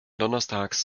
donnerstags